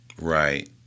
Right